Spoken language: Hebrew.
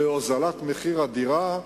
להורדת מחיר הדירה,